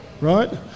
right